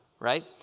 right